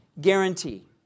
guarantee